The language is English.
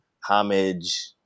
homage